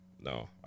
no